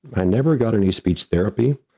i never got any speech therapy.